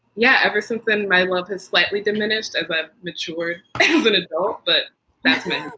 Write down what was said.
yeah. ever since then, my love has slightly diminished. i've but matured as an adult. but that's mean